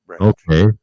Okay